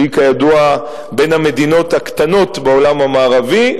שהיא כידוע בין המדינות הקטנות בעולם המערבי,